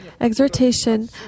Exhortation